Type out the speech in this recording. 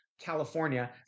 California